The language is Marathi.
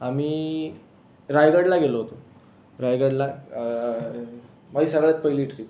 आम्ही रायगडला गेलो होतो रायगडला माझी सगळ्यात पहिली ट्रीप